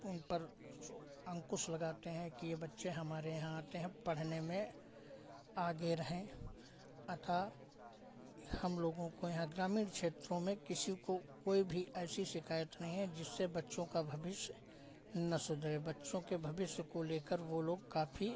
उन पर जो अंकुश लगाते हैं कि ये बच्चे हमारे यहाँ आते हैं पढ़ने में आगे रहें अतः हम लोगों को यहाँ ग्रामीण क्षेत्रों में किसी को कोई भी ऐसी शिकायत नहीं है जिससे बच्चों का भविष्य ना सुधरे बच्चों के भविष्य को लेकर वो लोग काफ़ी